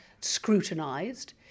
scrutinised